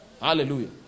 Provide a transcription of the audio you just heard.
Hallelujah